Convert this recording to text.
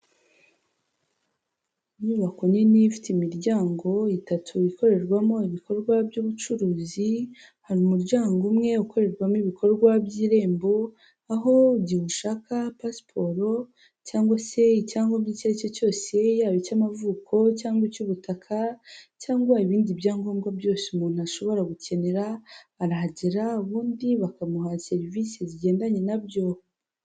Inyubako nini ifite imiryango itatu ikorerwamo ibikorwa by'ubucuruzi, hari umuryango umwe ukorerwamo ibikorwa by'Irembo, aho igihe ushaka pasiporo cyangwa se icyangombwa icyo ari cyo cyose, yaba icy'amavuko cyangwa icy'ubutaka cyangwa ibindi byangombwa byose umuntu ashobora gukenera, arahagera ubundi bakamuha serivisi zigendanye na byo.